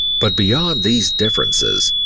but beyond these differences,